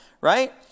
right